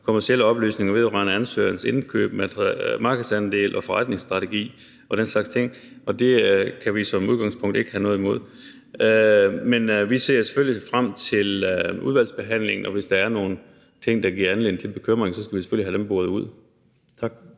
kommercielle oplysninger vedrørende ansøgerens indkøb, markedsandel og forretningsstrategi og den slags ting. Det kan vi som udgangspunkt ikke have noget imod. Vi ser selvfølgelig frem til udvalgsbehandlingen, og hvis der er nogle ting, der giver anledning til bekymring, skal vi selvfølgelig have dem boret ud. Tak.